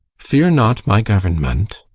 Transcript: fear not my government.